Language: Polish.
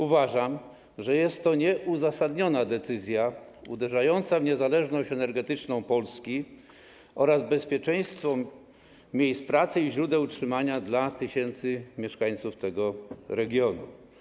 Uważam, że jest to nieuzasadniona decyzja uderzająca w niezależność energetyczną Polski oraz w bezpieczeństwo miejsc pracy i źródeł utrzymania dla tysięcy mieszkańców tego regionu.